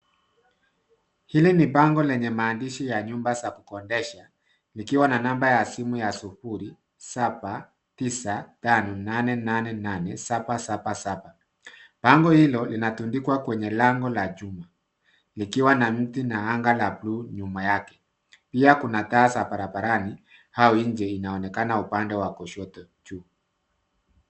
Hili ni bango lenye maandishi ya nyumba za kukodesha, likiwa na namba ya simu ya sufuri, saba, tisa, tano, nane, nane, nane, saba, saba, saba. Bango hilo linatundikwa kwenye lango la chuma, likiwa na mti na anga la blue nyuma yake. Pia kuna taa za barabarani au nje inaonekana upande wa kushoto juu.